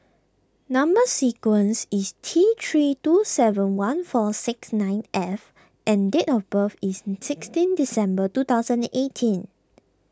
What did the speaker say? Number Sequence is T three two seven one four six nine F and date of birth is sixteen December two thousand and eighteen